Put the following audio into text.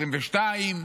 22,